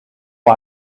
why